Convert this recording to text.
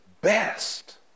best